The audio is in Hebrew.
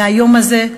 מהיום הזה,